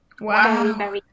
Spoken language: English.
wow